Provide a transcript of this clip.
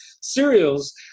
cereals